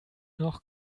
noch